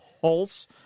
Pulse